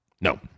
No